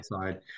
side